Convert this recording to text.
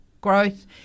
growth